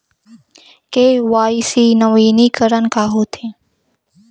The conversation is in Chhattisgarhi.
के.वाई.सी नवीनीकरण का होथे?